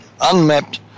unmapped